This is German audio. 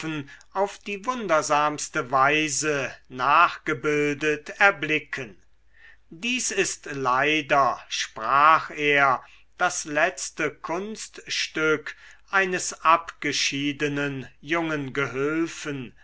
auf die wundersamste weise nachgebildet erblicken dies ist leider sprach er das letzte kunststück eines abgeschiedenen jungen gehülfen